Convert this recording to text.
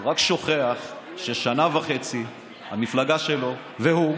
הוא רק שוכח ששנה וחצי המפלגה שלו, והוא,